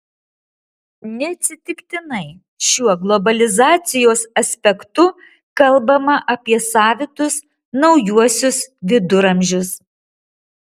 neatsitiktinai šiuo globalizacijos aspektu kalbama apie savitus naujuosius viduramžius